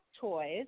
toys